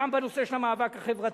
גם בנושא של המאבק החברתי.